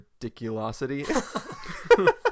ridiculosity